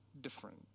different